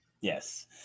Yes